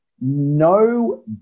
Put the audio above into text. no